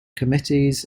committees